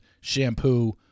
shampoo